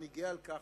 ואני גאה על כך,